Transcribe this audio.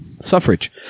Suffrage